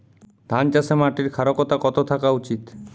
ধান চাষে মাটির ক্ষারকতা কত থাকা উচিৎ?